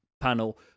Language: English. panel